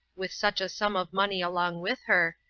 with such a sum of money along with her,